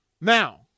Now